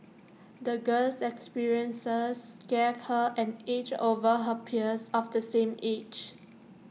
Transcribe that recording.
the girl's experiences gave her an edge over her peers of the same age